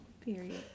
Period